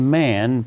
man